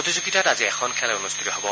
প্ৰতিযোগিতাত আজি এখন খেল অনুষ্ঠিত হব